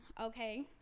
Okay